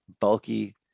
bulky